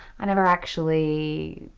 i never actually.